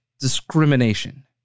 discrimination